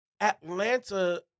Atlanta